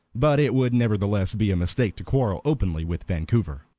but it would nevertheless be a mistake to quarrel openly with vancouver.